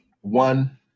one